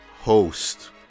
host